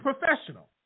professional